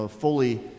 fully